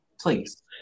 Please